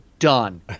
done